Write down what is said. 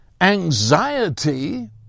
anxiety